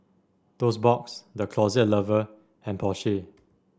Toast Box The Closet Lover and Porsche